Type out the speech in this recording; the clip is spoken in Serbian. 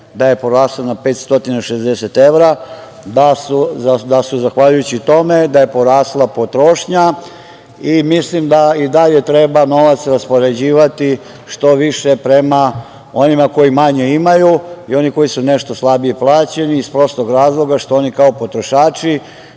godine porasla na 560 evra, da je zahvaljujući tome porasla potrošnja. Mislim da i dalje novac treba raspoređivati što više prema onima koji manje imaju i oni koji su nešto slabije plaćeni, iz prostog razloga što oni kao potrošači